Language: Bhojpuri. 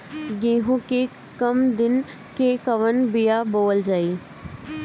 गेहूं के कम दिन के कवन बीआ बोअल जाई?